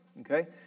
Okay